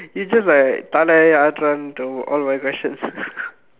you just like தலை ஆட்டுறான்:thalai aatduraan to all my questions